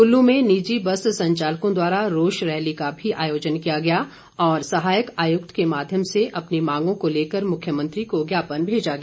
कुल्लू में निजी बस संचालकों द्वारा रोष रैली का भी आयोजन किया गया और सहायक आयुक्त के माध्यम से अपनी मांगों को लेकर मुख्यमंत्री को ज्ञापन भेजा गया